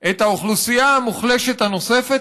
את האוכלוסייה המוחלשת הנוספת,